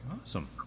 Awesome